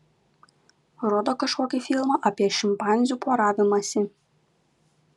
rodo kažkokį filmą apie šimpanzių poravimąsi